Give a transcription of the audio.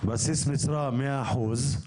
בסיס משרה מאה אחוז,